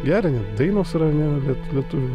geria net dainos yra ar ne lie lietuvių